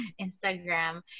Instagram